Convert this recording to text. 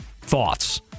Thoughts